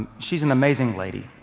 she's an amazing lady